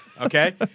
Okay